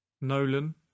Nolan